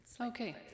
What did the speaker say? okay